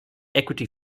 equity